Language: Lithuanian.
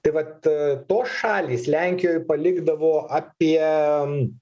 tai vat tos šalys lenkijoj palikdavo apie